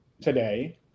today